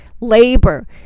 labor